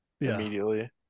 immediately